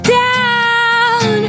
down